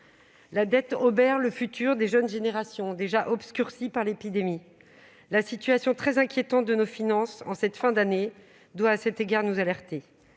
La dette obère l'avenir des jeunes générations, déjà obscurci par l'épidémie. La situation très inquiétante de nos finances publiques en cette fin d'année doit à cet égard nous alerter.